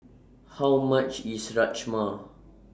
How much IS Rajma